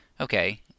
Okay